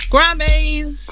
Grammys